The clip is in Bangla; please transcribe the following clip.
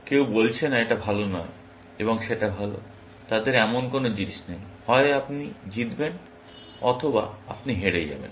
কেউ বলছে না এটা ভালো নয় এবং সেটা ভালো তাদের এমন কোন জিনিস নেই হয় আপনি জিতবেন বা আপনি হেরে যাবেন